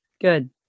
Good